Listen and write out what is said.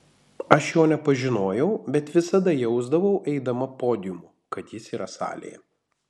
aš jo nepažinojau bet visada jausdavau eidama podiumu kad jis yra salėje